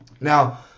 Now